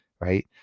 right